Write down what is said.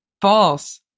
false